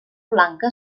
blanca